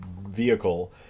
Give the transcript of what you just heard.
vehicle